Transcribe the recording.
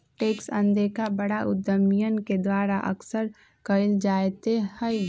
tax अनदेखा बड़ा उद्यमियन के द्वारा अक्सर कइल जयते हई